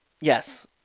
yes